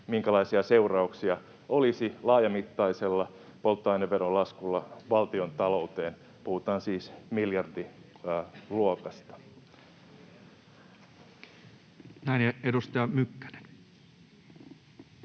minkälaisia seurauksia olisi laajamittaisella polttoaineveron laskulla valtiontalouteen. Puhutaan siis miljardiluokasta. [Speech 46] Speaker: